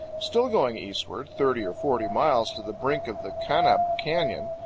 still going eastward thirty or forty miles to the brink of the kanab canyon,